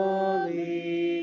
Holy